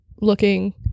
looking